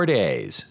days